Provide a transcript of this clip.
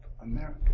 America